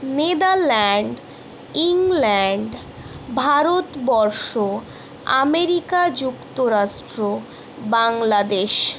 Netherland England Bharatvarsha America যুক্তরাষ্ট্র বাংলাদেশ